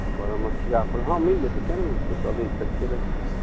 बरमसिआ तऽ हँ मिल जयतै किएक नहि मिलतै सबदिन फरिते रहि जयतै